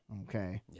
Okay